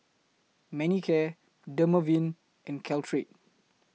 Manicare Dermaveen and Caltrate